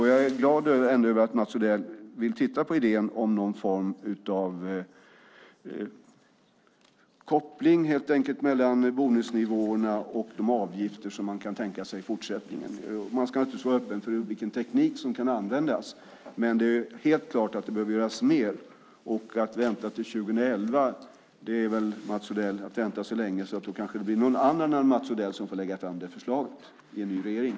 Jag är ändå glad över att Mats Odell vill titta på idén om någon form av koppling mellan bonusnivåerna och de avgifter som man kan tänka sig i fortsättningen. Man ska naturligtvis vara öppen för vilken teknik som kan användas, men det är helt klart att det behöver göras mer. Att vänta till 2011 är väl, Mats Odell, att vänta så länge att det kanske blir någon annan än Mats Odell som får lägga fram det förslaget i en ny regering.